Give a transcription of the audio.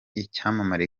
icyamamare